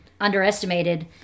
underestimated